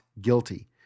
guilty